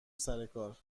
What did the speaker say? سرکار